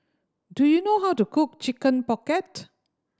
do you know how to cook Chicken Pocket